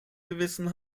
gewissen